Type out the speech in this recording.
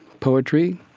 poetry,